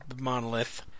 monolith